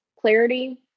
clarity